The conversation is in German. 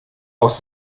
aus